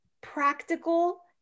practical